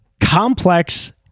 complex